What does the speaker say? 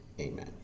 amen